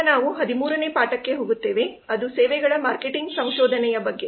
ಈಗ ನಾವು 13 ನೇ ಪಾಠಕ್ಕೆ ಹೋಗುತ್ತೇವೆ ಅದು ಸೇವೆಗಳ ಮಾರ್ಕೆಟಿಂಗ್ ಸಂಶೋಧನೆಯ ಬಗ್ಗೆ